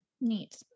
Neat